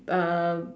uh